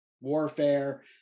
warfare